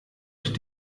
ich